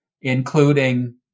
including